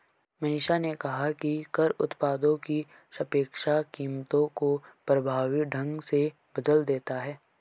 मनीषा ने कहा कि कर उत्पादों की सापेक्ष कीमतों को प्रभावी ढंग से बदल देता है